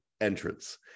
entrance